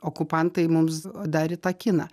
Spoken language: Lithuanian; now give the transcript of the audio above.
okupantai mums padarė tą kiną